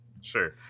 Sure